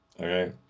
Okay